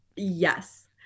Yes